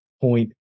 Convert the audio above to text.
point